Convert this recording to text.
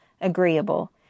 agreeable